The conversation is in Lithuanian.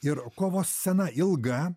ir kovos scena ilga